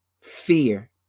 fear